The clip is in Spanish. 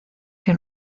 que